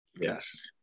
yes